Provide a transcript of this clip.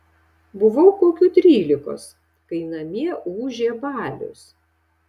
buvau kokių trylikos kai namie ūžė balius